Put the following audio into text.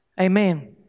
Amen